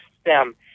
stem